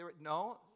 No